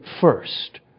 first